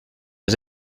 les